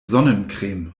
sonnencreme